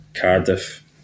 Cardiff